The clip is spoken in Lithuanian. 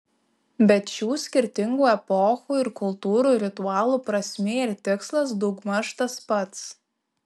bet šių skirtingų epochų ir kultūrų ritualų prasmė ir tikslas daugmaž tas pats